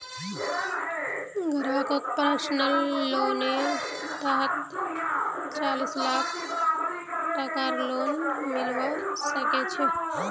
ग्राहकक पर्सनल लोनेर तहतत चालीस लाख टकार लोन मिलवा सके छै